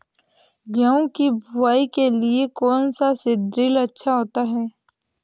गेहूँ की बुवाई के लिए कौन सा सीद्रिल अच्छा होता है?